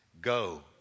Go